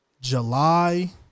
July